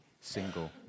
single